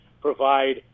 provide